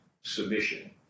Submission